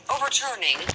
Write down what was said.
overturning